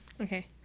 Okay